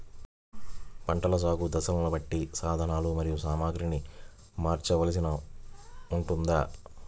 పంటల సాగు దశలను బట్టి సాధనలు మరియు సామాగ్రిని మార్చవలసి ఉంటుందా?